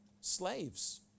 slaves